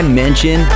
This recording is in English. mention